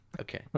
Okay